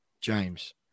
James